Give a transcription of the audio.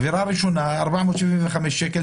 ועל עבירה ראשונה הקנס יהיה 475 שקלים.